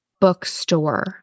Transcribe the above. bookstore